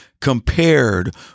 compared